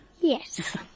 Yes